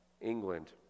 England